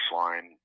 line